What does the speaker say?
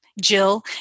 Jill